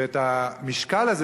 ואת המשקל הזה,